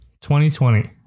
2020